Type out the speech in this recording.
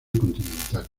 continental